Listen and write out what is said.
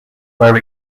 where